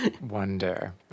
Wonder